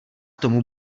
tomu